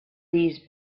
these